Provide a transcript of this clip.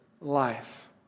life